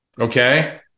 Okay